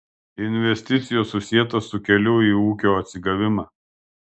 investicijos susietos su keliu į ūkio atsigavimą